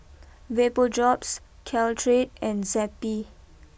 Vapodrops Caltrate and Zappy